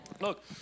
Look